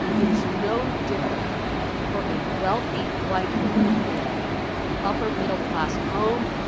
it is no different for a wealthy white woman in a upper middle class home.